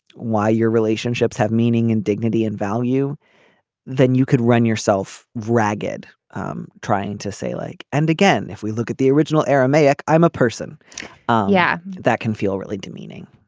why your relationships have meaning and dignity and value then you could run yourself ragged um trying to say like. and again if we look at the original aramaic i'm a person yeah that can feel really demeaning.